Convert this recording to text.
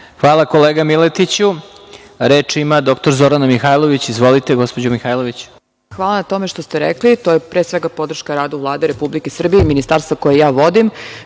Hvala kolega Miletiću. Reč ima dr Zorana Mihajlović. Izvolite. **Zorana Mihajlović** Hvala na tome što ste rekli. To je pre svega podrška radu Vlade Republike Srbije i ministarstvu koje vodim.